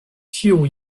tiu